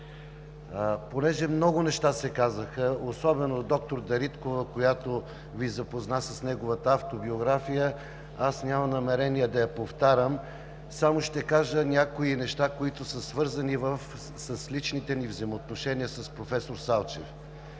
Понеже много неща се казаха – особено от доктор Дариткова, която Ви запозна с неговата автобиография, аз нямам намерение да я повтарям, а само ще кажа някои неща, които са свързани с личните ни взаимоотношения с професор Салчев.